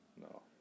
No